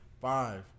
Five